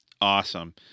Awesome